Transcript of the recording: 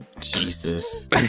Jesus